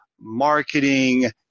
marketing